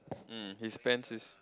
um his pants is